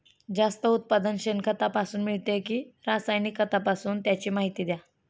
जास्त उत्पादन शेणखतापासून मिळते कि रासायनिक खतापासून? त्याची माहिती द्या